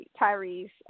Tyrese